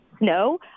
No